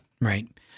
right